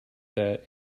that